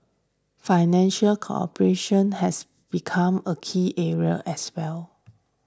financial cooperation has become a key area as well